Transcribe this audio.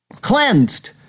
Cleansed